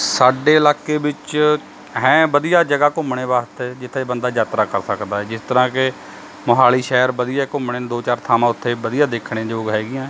ਸਾਡੇ ਇਲਾਕੇ ਵਿੱਚ ਹੈ ਵਧੀਆ ਜਗ੍ਹਾ ਘੁੰਮਣ ਵਾਸਤੇ ਜਿੱਥੇ ਬੰਦਾ ਯਾਤਰਾ ਕਰ ਸਕਦਾ ਏ ਜਿਸ ਤਰ੍ਹਾਂ ਕਿ ਮੋਹਾਲੀ ਸ਼ਹਿਰ ਵਧੀਆ ਘੁੰਮਣ ਨੂੰ ਦੋ ਚਾਰ ਥਾਵਾਂ ਉੱਥੇ ਵਧੀਆ ਦੇਖਣ ਯੋਗ ਹੈਗੀਆਂ